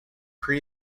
pre